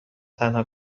تنها